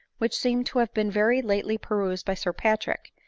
which seemed to have been very lately perused by sir patrick,